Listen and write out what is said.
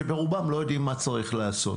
שברובם לא יודעים מה צריך לעשות.